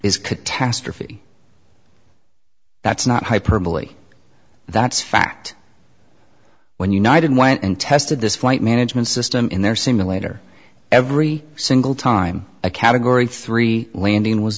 catastrophe that's not hyperbole that's fact when united went and tested this flight management system in their simulator every single time a category three landing was